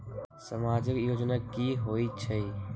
समाजिक योजना की होई छई?